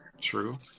true